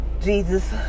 Jesus